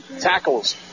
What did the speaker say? Tackles